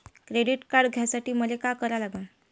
Credit card घ्यासाठी मले का करा लागन?